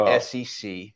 SEC